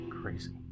crazy